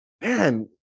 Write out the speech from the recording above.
Man